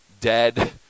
dead